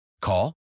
Call